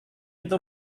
itu